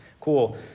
cool